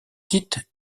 dite